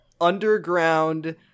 underground